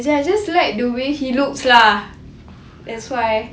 as in I just like the way he looks lah that's why